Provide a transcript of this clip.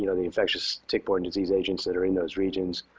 you know the infectious tick-borne disease agents that are in those regions,